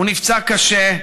הוא נפצע קשה,